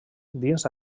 dins